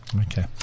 Okay